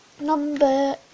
number